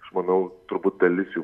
aš manau turbūt dalis jų